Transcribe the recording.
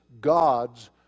God's